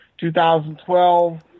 2012